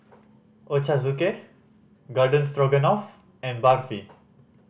Ochazuke Garden Stroganoff and Barfi